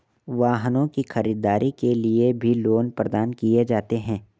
वाहनों की खरीददारी के लिये भी लोन प्रदान किये जाते हैं